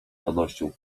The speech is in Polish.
radością